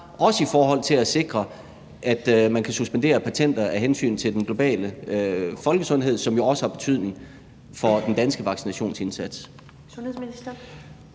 også i forhold til at sikre, at man kan suspendere patenter af hensyn til den globale folkesundhed, som jo også har betydning for den danske vaccinationsindsats.